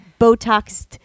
Botoxed